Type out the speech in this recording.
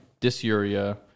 dysuria-